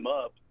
up